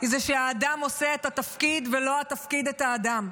שהאדם עושה את התפקיד ולא התפקיד את האדם.